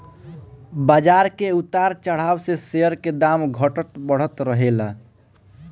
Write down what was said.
बाजार के उतार चढ़ाव से शेयर के दाम घटत बढ़त रहेला